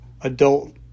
adult